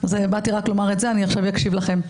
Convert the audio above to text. באתי לומר רק את זה, ועכשיו אני אקשיב לכם.